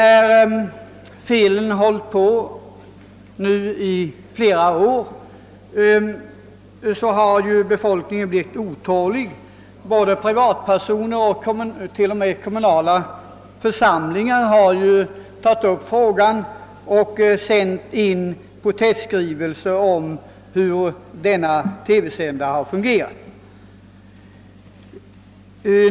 Då felen nu har förekommit i flera år har befolkningen blivit otålig. Både privatpersoner och t.o.m. kommunala församlingar har tagit upp frågan och sänt in protestskrivelser om hur denna TV-sändare har fungerat.